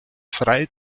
frei